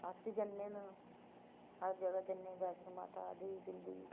अस बी जन्ने न हर जगह् जन्ने बैश्णो माता देबी पिंडी हूं